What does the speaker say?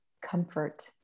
comfort